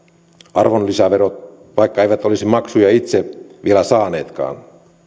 arvonlisäveron vaikka he eivät olisi maksuja itse vielä saaneetkaan